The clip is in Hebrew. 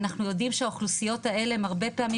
אנחנו יודעים שהאוכלוסיות האלה הרבה פעמים